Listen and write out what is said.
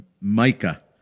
Micah